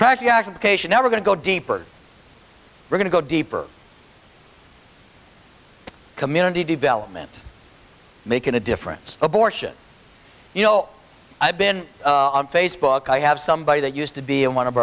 practical application now we're going to go deeper we're going to go deeper community development making a difference abortion you know i've been on facebook i have somebody that used to be in one of